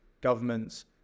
governments